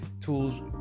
tools